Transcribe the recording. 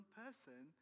person